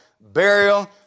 burial